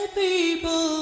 people